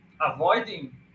avoiding